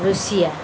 Russia